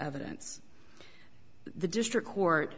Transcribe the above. evidence the district court